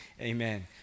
amen